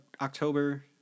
October